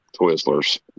Twizzlers